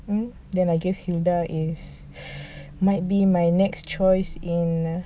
mm then I guess hilda is might be my next choice in